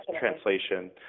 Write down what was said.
translation